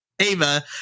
Ava